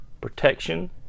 protection